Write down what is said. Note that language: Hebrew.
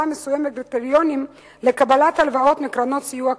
מסוימת בקריטריונים לקבלת הלוואות מקרנות הסיוע הקיימות.